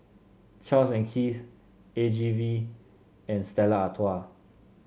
Charles Keith A G V and Stella Artois